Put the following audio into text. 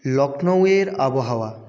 লক্ষ্ণৌয়ের আবহাওয়া